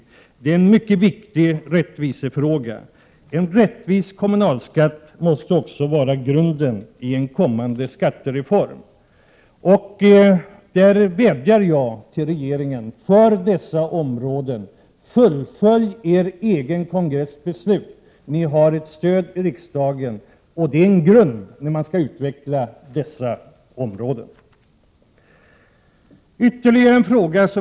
Detta är också en mycket viktig rättvisefråga. En rättvis kommunalskatt måste också utgöra grunden för en kommande skattereform. Jag vädjar till regeringen att för dessa områden fullfölja er egen partikongress beslut. Ni får stöd i riksdagen. Normala skatter och avgifter är en viktig grund att stå på när dessa områden skall utvecklas.